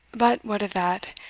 but what of that?